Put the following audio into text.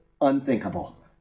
unthinkable